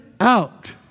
out